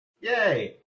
Yay